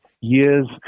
years